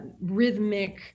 rhythmic